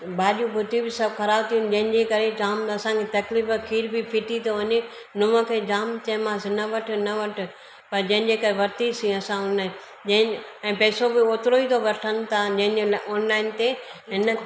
भाॼियूं भुॼियूं बि सभु ख़राब थियूं जंहिंजे करे जाम असांखे तकलीफ़ खीर बि फ़िटी थो वञे नूंह खे जाम चयोमांस न वठि न वठि पर जंहिंजे करे वरतीसीं असां उन जंहिं ऐं पैसो बि ओतिरो ई वठनि था जंहिंजो ऑनलाइन ते हिन